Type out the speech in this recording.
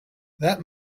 that